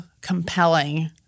compelling